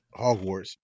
Hogwarts